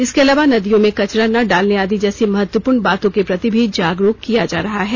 इसके अलावा नदियों में कचरा न डालने आदि जैसी महत्वपूर्ण बातों के प्रति भी जागरूक किया जा रहा है